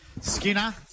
Skinner